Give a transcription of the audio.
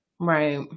Right